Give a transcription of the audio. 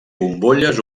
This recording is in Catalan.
bombolles